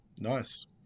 Nice